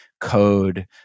code